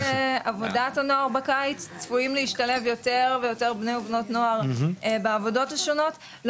עבודה של בני ובנות נוער ואנחנו יודעים שרובם גם